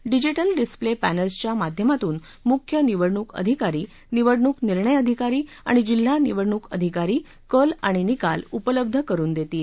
digital display पॅनल्सच्या माध्यमातून मुख्य निवडणूक आधिकारी निवडणूक निर्णय अधिकारी आणि जिल्हा निवडणूक अधिकारी कल आणि निकाल उपलब्ध करुन देतील